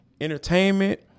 entertainment